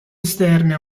esterne